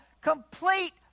complete